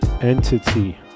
entity